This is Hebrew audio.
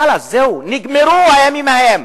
חלאס, זהו, נגמרו הימים ההם,